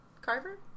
Carver